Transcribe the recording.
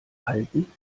halten